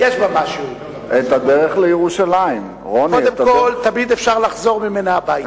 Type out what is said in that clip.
קודם כול, תמיד אפשר לחזור ממנה הביתה.